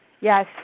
Yes